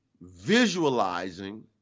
visualizing